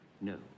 No